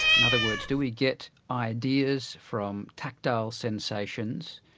in other words, do we get ideas from tactile sensations,